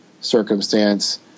circumstance